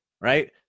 right